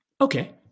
Okay